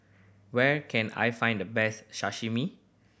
where can I find the best Sashimi